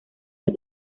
los